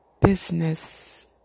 business